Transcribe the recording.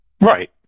Right